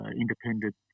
independent